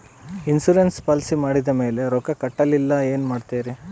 Insurance policy ಮಾಡಿದ ಮೇಲೆ ರೊಕ್ಕ ಕಟ್ಟಲಿಲ್ಲ ಏನು ಮಾಡುತ್ತೇರಿ?